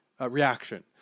reaction